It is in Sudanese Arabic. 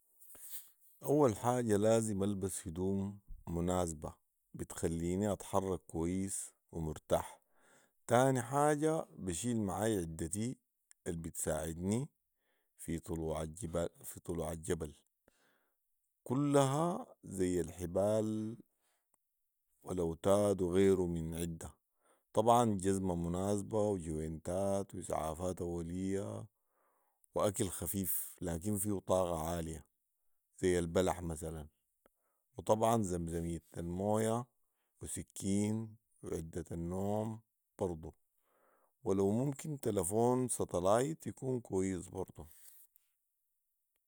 أول حاجة لازم البس هدوم مناسبه بتخليني اتحرك كويس ومرتاح ،تاني حاجه بشيل معاي عدتي البتساعدني في طلوع الجبال في طلوع الجبل ،كلها ذي الحبال والاوتاد وغيره من عده وطبعا جزمه مناسبه وجونتات واسعافات اوليه واكل خفيف لكن فيه طاقه عالية ذي البلح مثلا وطبعا زمزمية المويه وسكين وعدة النوم برضو ولو ممكن تلفون ستلايت يكون كويس برضو